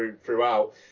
throughout